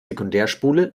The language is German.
sekundärspule